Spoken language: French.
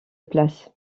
places